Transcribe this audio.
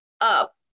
up